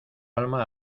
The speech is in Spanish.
alma